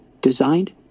designed